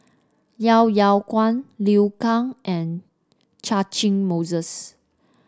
Yeo Yeow Kwang Liu Kang and Catchick Moses